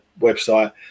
website